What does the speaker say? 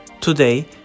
Today